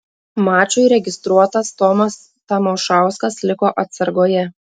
mačui registruotas tomas tamošauskas liko atsargoje